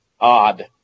odd